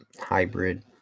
hybrid